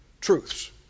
truths